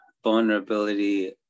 vulnerability